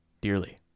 Dearly